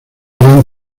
gran